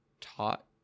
taught